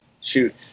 shoot